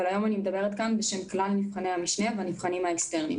אבל היום אני מדברת כאן בשם כלל נבחני המשנה והנבחנים האקסטרניים.